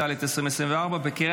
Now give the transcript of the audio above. (פגישה עם עורך דין של עצור בעבירת ביטחון) (תיקון מס' 3),